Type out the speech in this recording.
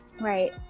Right